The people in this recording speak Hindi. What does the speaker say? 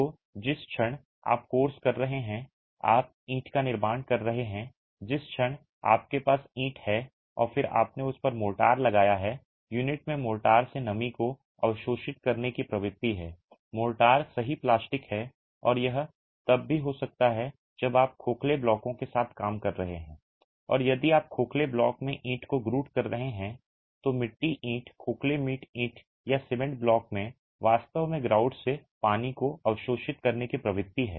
तो जिस क्षण आप कोर्स कर रहे हैं आप ईंट का निर्माण कर रहे हैं जिस क्षण आपके पास ईंट है और फिर आपने उस पर मोर्टार लगाया है यूनिट में मोर्टार से नमी को अवशोषित करने की प्रवृत्ति है मोर्टार सही प्लास्टिक है और यह तब भी हो सकता है जब आप खोखले ब्लॉकों के साथ काम कर रहे हैं और यदि आप खोखले ब्लॉक में ईंट को ग्रूट कर रहे हैं तो मिट्टी ईंट खोखले मिट्टी ईंट या सीमेंट ब्लॉक में वास्तव में ग्राउट से पानी को अवशोषित करने की प्रवृत्ति है